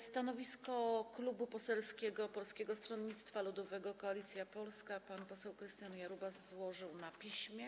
Stanowisko Klubu Parlamentarnego Polskie Stronnictwo Ludowe - Koalicja Polska pan poseł Krystian Jarubas złożył na piśmie.